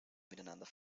miteinander